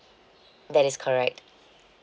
that is correct